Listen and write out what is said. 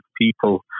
people